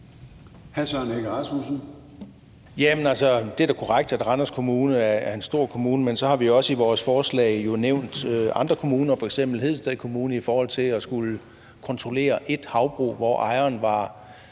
13:56 Søren Egge Rasmussen (EL): Det er da korrekt, at Randers Kommune er en stor kommune, men vi har jo i vores forslag også nævnt andre kommuner, f.eks. Hedensted Kommune i forhold til at skulle kontrollere et havbrug, hvor ejeren var